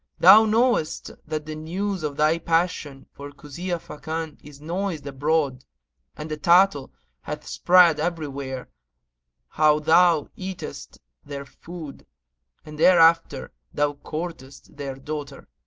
thou knowest that the news of thy passion for kuzia fakan is noised abroad and the tattle hath spread everywhere how thou eatest their food and thereafter thou courtest their daughter.